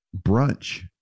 brunch